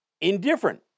indifferent